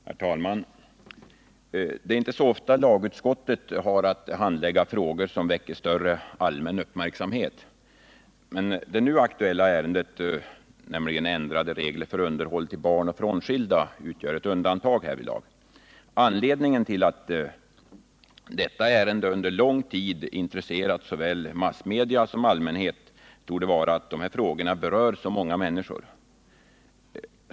Herr talman! Det är inte så ofta lagutskottet har att handlägga frågor som väcker större allmän uppmärksamhet. Det nu aktuella ärendet, nämligen ändrade regler för underhåll till barn och frånskilda, utgör dock ett undantag. Anledningen till att detta ärende under lång tid intresserat såväl massmedia som allmänhet torde vara att dessa frågor berör så många människor.